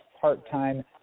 part-time